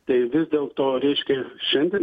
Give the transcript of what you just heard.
tai vis dėlto reiškia šiandien